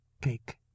cake